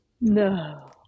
No